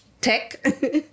tech